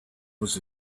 was